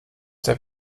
der